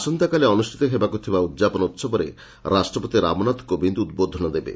ଆସନ୍ତାକାଲି ଅନୁଷ୍ଠିତ ହେବାକୁ ଥିବା ଉଦ୍ଯାପନ ଉତ୍ସବରେ ରାଷ୍ଟ୍ରପତି ରାମନାଥ କୋବିନ୍ଦ ଉଦ୍ବୋଧନ ଦେବେ